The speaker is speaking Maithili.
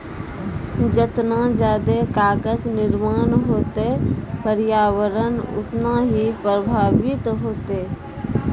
जतना जादे कागज निर्माण होतै प्रर्यावरण उतना ही प्रभाबित होतै